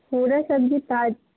पूरी सब्ज़ी ताजी